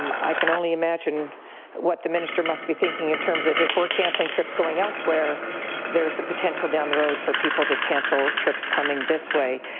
um i can only imagine what the minister must be thinking in terms of if we're cancelling trips going elsewhere there is the potential down the road for people to cancel trips coming this way.